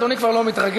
אדוני כבר לא מתרגש,